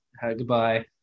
goodbye